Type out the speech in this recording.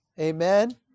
Amen